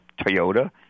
Toyota